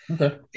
Okay